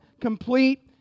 complete